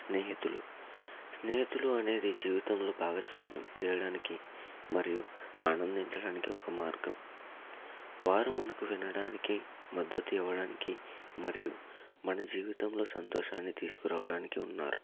స్నేహితులు స్నేహితులు అనేది జీవితంలో భాగస్వామ్యం చేయడానికి మరియు ఆనందించడానికి ఒక మార్గం వారు మనకు వినడానికి మద్దతు ఇవ్వడానికి మరియు మన జీవితంలో సంతోషాన్ని తీసుకురావడానికి ఉన్నారు